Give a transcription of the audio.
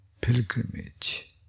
pilgrimage